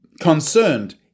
concerned